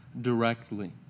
directly